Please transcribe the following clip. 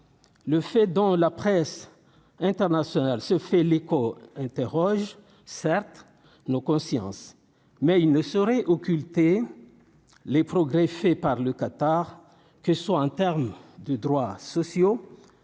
le fait dans la presse internationale se fait l'écho interroges certes nos consciences mais il ne saurait occulter les progrès faits par le Qatar, que ce soit en termes de droits sociaux,